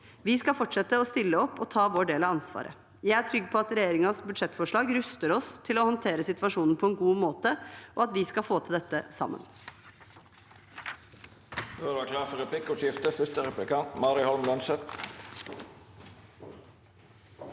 Vi skal fortsette å stille opp og ta vår del av ansvaret. Jeg er trygg på at regjeringens budsjettforslag ruster oss til å håndtere situasjonen på en god måte, og at vi skal få til dette sammen.